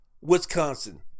Wisconsin